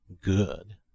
good